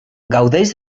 gaudeix